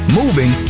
moving